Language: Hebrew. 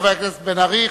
תודה לחבר הכנסת בן-ארי.